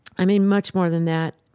i mean, much more than that,